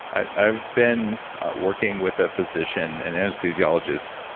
i've been working with a physician, an anesthesiologist,